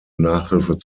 nachhilfe